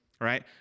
right